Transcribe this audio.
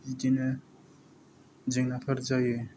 बिदिनो जेंनाफोर जायो